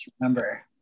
remember